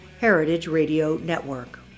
heritageradionetwork